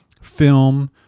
film